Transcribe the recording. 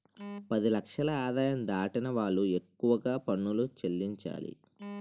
పది లక్షల ఆదాయం దాటిన వాళ్లు ఎక్కువగా పనులు చెల్లించాలి